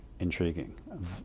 Intriguing